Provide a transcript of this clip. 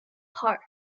park